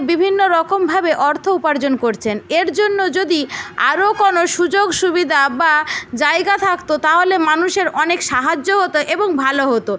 বিভিন্ন রকমভাবে অর্থ উপার্জন করছেন এর জন্য যদি আরও কোনো সুযোগ সুবিধা বা জায়গা থাকত তাহলে মানুষের অনেক সাহায্য হতো এবং ভালো হতো